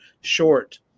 short